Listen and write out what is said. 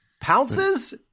Pounces